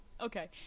okay